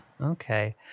Okay